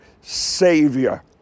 Savior